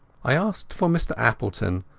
i asked for mr appleton,